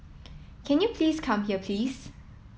can you please come here please